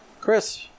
Chris